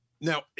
now